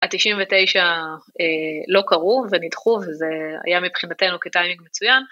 ה-99 לא קרו ונדחו וזה היה מבחינתנו כטיימינג מצוין.